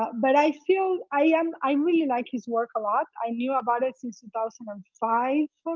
but i feel, i um i really like his work a lot. i knew about it since two thousand and five,